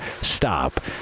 stop –